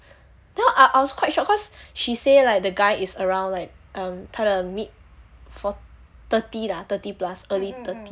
then I I I was quite shocked cause she say like the guy is around like um 他的 mid four~ thirty lah thirty plus early thirsty